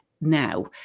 now